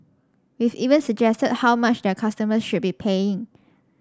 we've even suggested how much their customers should be paying